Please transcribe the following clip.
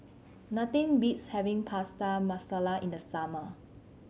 nothing beats having Prata Masala in the summer